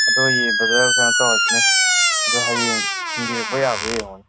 ꯑꯗꯣ ꯍꯌꯦꯡ ꯕ꯭ꯔꯗꯔ ꯀꯩꯅꯣ ꯇꯧꯔꯁꯤꯅꯦ ꯑꯗꯣ ꯍꯌꯦꯡ ꯊꯤꯟꯕꯤꯔꯛꯄ ꯌꯥꯕ꯭ꯔꯥ ꯌꯦꯡꯉꯣꯅꯦ